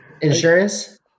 insurance